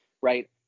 right